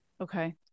Okay